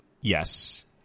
Yes